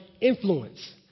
influence